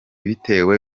bitewe